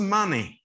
money